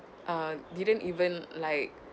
uh didn't even like